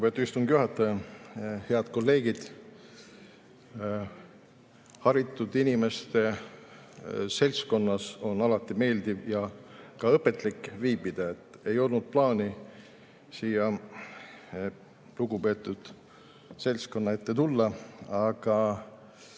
Lugupeetud istungi juhataja! Head kolleegid! Haritud inimeste seltskonnas on alati meeldiv ja ka õpetlik viibida. Mul ei olnud plaani siia lugupeetud seltskonna ette tulla, aga